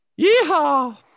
Yeehaw